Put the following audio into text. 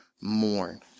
mourn